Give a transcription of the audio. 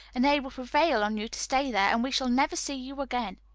and they will prevail on you to stay there and we shall never see you again.